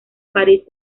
paris